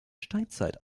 steinzeit